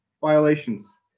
violations